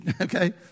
Okay